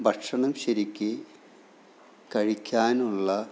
ഭക്ഷണം ശരിക്ക് കഴിക്കാനുള്ള